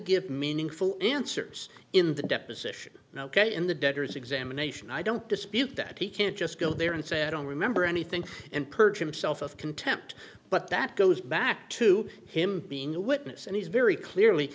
give meaningful answers in the deposition ok in the debtor's examination i don't dispute that he can't just go there and say i don't remember anything and perch him self of contempt but that goes back to him being a witness and he's very clearly